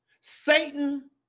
Satan